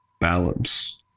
balance